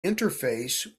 interface